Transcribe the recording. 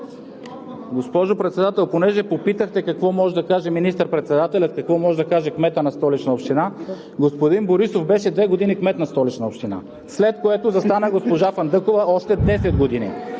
Госпожо Председател, понеже попитахте какво може да каже министър-председателят, какво може да каже кметът на Столичната община? Господин Борисов беше две години кмет на Столична община, след което застана госпожа Фандъкова още 10 години.